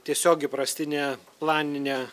tiesiog įprastinė planinė